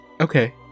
Okay